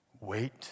Wait